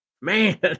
Man